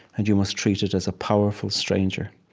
and you must treat it as a powerful stranger.